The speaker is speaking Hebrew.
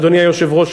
אדוני היושב-ראש,